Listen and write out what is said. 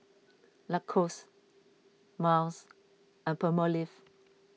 Lacoste Miles and Palmolive